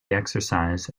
exercise